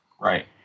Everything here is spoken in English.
Right